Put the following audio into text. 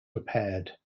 repaired